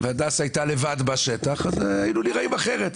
והדסה הייתה לבד בשטח אז נראינו אחרת.